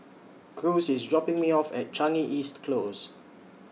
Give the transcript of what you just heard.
Cruz IS dropping Me off At Changi East Close